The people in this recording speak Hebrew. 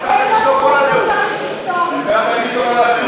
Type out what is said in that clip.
הבטחת לשתוק כל הנאום.